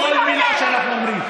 כל מילה שאנחנו אומרים.